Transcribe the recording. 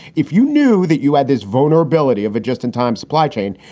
if you knew that you had this vulnerability of it just in time supply chain,